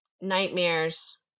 nightmares